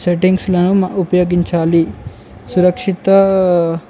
సెటింగ్స్లను ఉపయోగించాలి సురక్షిత